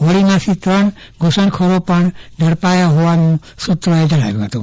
હોડીમાંથીત્રણ ઘુસણખોરો પણ ઝડપાયા હોવાનું સુત્રોએ જણાવ્યું હતું